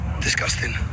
Disgusting